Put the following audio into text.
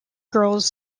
girls